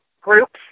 groups